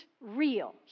real